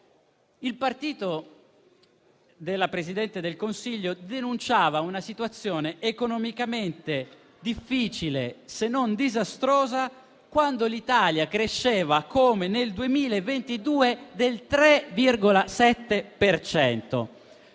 Il partito della Presidente del Consiglio denunciava una situazione economicamente difficile, se non disastrosa, quando l'Italia cresceva, come nel 2022, del 3,7